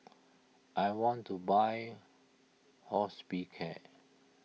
I want to buy Hospicare